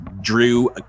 Drew